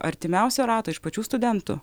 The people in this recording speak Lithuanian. artimiausio rato iš pačių studentų